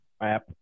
app